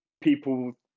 people